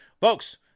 folks